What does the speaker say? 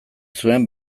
zuen